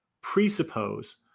presuppose